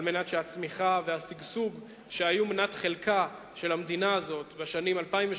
על מנת שהצמיחה והשגשוג שהיו מנת חלקה של המדינה הזאת בשנים 2003,